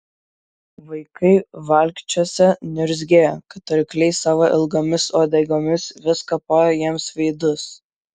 vaikai valkčiuose niurzgėjo kad arkliai savo ilgomis uodegomis vis kapoja jiems veidus